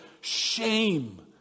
shame